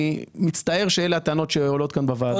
אני מצטער שאלה הטענות שעולות כאן בוועדה.